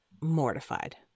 mortified